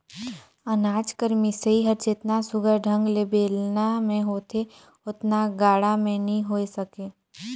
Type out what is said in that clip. अनाज कर मिसई हर जेतना सुग्घर ढंग ले बेलना मे होथे ओतना गाड़ा मे नी होए सके